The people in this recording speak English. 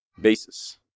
basis